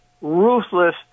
ruthless